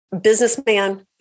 businessman